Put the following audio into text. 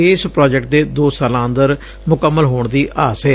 ਇਸ ਪ੍ਰਾਜੈਕਟ ਦੇ ਦੋ ਸਾਲਾ ਅੰਦਰ ਮੁਕੰਮਲ ਹੋਣ ਦੀ ਆਸ ਏ